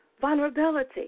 vulnerability